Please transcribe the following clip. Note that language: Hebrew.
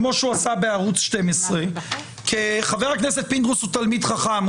כמו שהוא עשה בערוץ 12. חבר הכנסת פינדרוס הוא תלמיד חכם,